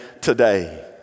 today